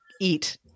eat